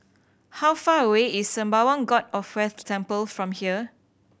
how far away is Sembawang God of Wealth Temple from here